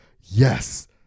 yes